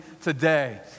today